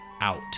out